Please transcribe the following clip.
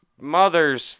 mother's